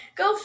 go